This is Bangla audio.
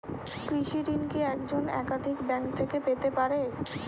কৃষিঋণ কি একজন একাধিক ব্যাঙ্ক থেকে পেতে পারে?